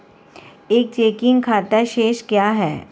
एक चेकिंग खाता शेष क्या है?